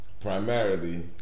primarily